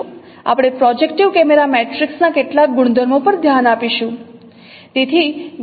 આપણે projective camera matrix ના કેટલાક ગુણધર્મો પર ધ્યાન આપીશું